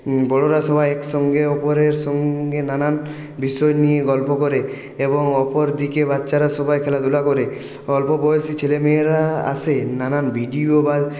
বড়োরা সবাই একসঙ্গে অপরের সঙ্গে নানান বিষয় নিয়ে গল্প করে এবং অপরদিকে বাচ্চারা সবাই খেলাধুলা করে অল্প বয়সী ছেলেমেয়েরা আসে নানান ভিডিও বা